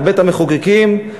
בבית-המחוקקים,